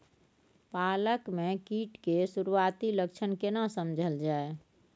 पालक में कीट के सुरआती लक्षण केना समझल जाय?